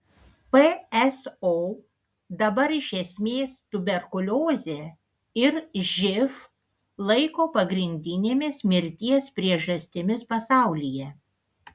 pso dabar iš esmės tuberkuliozę ir živ laiko pagrindinėmis mirties priežastimis pasaulyje